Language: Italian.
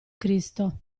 cristo